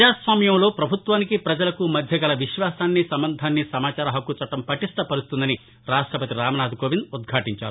ప్రజాస్వామ్యంలో ప్రభుత్వానికి ప్రజలకు మధ్య గల విశ్వాసాన్ని సంబంధాన్ని సమాచారహక్కు చట్లం పటిష్ణ పరుస్తుందని రాష్టపతి రామ్నాథ్ కోవింద్ ఉద్యాటించారు